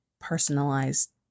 personalized